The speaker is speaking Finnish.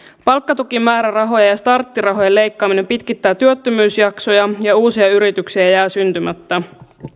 palkkatukimäärärahojen ja starttirahojen leikkaaminen pitkittää työttömyysjaksoja ja uusia yrityksiä jää syntymättä